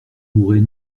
mourait